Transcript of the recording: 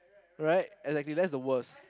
right exactly that's the worst